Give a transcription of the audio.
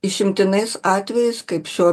išimtinais atvejais kaip šiuo